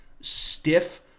stiff